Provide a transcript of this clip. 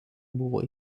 buvo